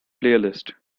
playlist